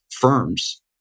firms